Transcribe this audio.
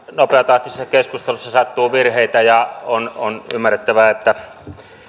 nopeatahtisessa keskustelussa sattuu virheitä ja on on ymmärrettävää että